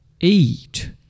eat